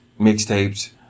mixtapes